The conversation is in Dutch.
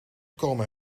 komen